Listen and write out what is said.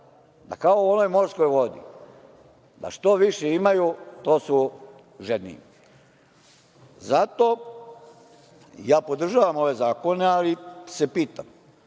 kao u onoj morskoj vodi, da što više imaju to su žedniji. Zato ja podržavam ove zakone, ali se pitam